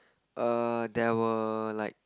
err there were like